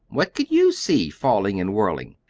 what could you see, falling and whirling?